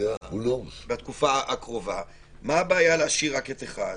מה הבעיה להשאיר רק את 1?